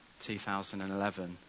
2011